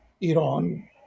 Iran